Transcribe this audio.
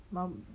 mou~